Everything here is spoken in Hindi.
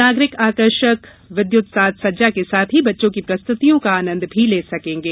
नागरिक आकर्षक विद्युत साज सज्जा के साथ ही बच्चों की प्रस्तुतियों का आनंद भी ले सकेंगे